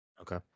okay